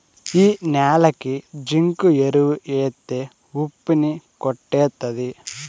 ఈ న్యాలకి జింకు ఎరువు ఎత్తే ఉప్పు ని కొట్టేత్తది